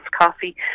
Coffee